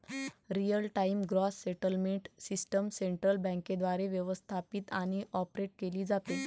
real time gross settlement system central बँकेद्वारे व्यवस्थापित आणि ऑपरेट केली जाते